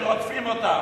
שרודפים אותם.